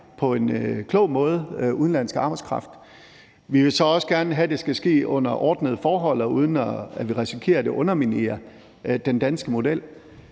på en klog måde. Vi vil så også gerne have, at det skal ske under ordnede forhold, og uden at vi risikerer, at det underminerer den danske model.